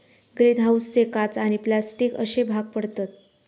green हाऊसचे काच आणि प्लास्टिक अश्ये भाग पडतत